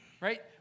Right